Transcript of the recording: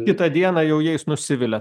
kitą dieną jau jais nusivilia